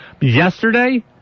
Yesterday